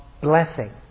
blessing